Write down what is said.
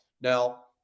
Now